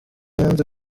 yanze